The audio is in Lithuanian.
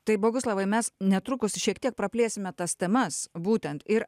tai boguslavai mes netrukus šiek tiek praplėsime tas temas būtent ir